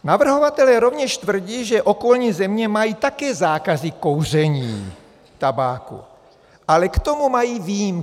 Navrhovatelé rovněž tvrdí, že okolní země mají také zákazy kouření tabáku, ale k tomu mají výjimky.